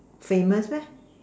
famous leh